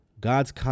God's